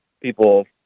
people